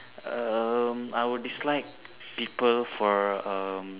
um I would dislike people for um